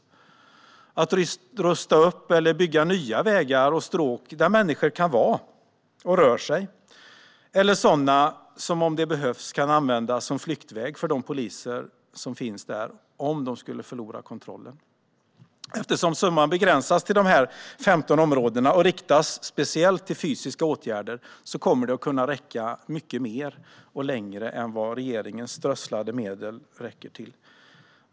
Det kan handla om att rusta upp eller bygga nya vägar och stråk där människor kan vistas och röra sig eller sådana som, om det behövs, kan användas som flyktväg för poliser om de förlorar kontrollen. Eftersom summan begränsas till dessa 15 områden och riktas speciellt till fysiska åtgärder kommer pengarna att kunna räcka längre och till mycket mer än regeringens strösslade medel.